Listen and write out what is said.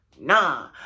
Nah